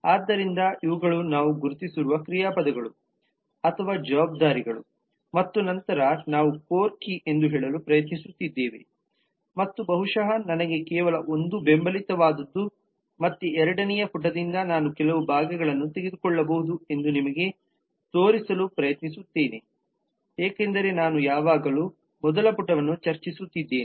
ಆದ್ದರಿಂದ ಇವುಗಳು ನಾವು ಗುರುತಿಸಿರುವ ಕ್ರಿಯಾಪದಗಳು ಅಥವಾ ಜವಾಬ್ದಾರಿಗಳು ಮತ್ತು ನಂತರ ನಾವು ಕೋರ್ ಕೀ ಎಂದು ಹೇಳಲು ಪ್ರಯತ್ನಿಸುತ್ತಿದ್ದೇವೆ ಮತ್ತು ಬಹುಶಃ ನನಗೆ ಕೇವಲ ಒಂದು ಬೆಂಬಲಿತವಾದದ್ದು ಮತ್ತೆ ಎರಡನೆಯ ಪುಟದಿಂದ ನಾನು ಕೆಲವು ಭಾಗಗಳನ್ನು ತೆಗೆದುಕೊಳ್ಳಬಹುದು ಎಂದು ನಿಮಗೆ ತೋರಿಸಲು ಪ್ರಯತ್ನಿಸುತ್ತೇನೆ ಏಕೆಂದರೆ ನಾನು ಯಾವಾಗಲೂ ಮೊದಲ ಪುಟವನ್ನು ಚರ್ಚಿಸುತ್ತಿದ್ದೇನೆ